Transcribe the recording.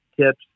tips